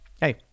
Hey